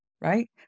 right